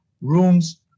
rooms